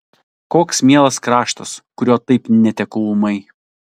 koks mielas kraštas kurio taip netekau ūmai